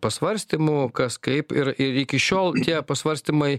pasvarstymų kas kaip ir ir iki šiol tie pasvarstymai